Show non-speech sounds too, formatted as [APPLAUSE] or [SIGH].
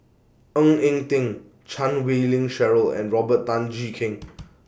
Ng Eng Teng Chan Wei Ling Cheryl and Robert Tan Jee Keng [NOISE]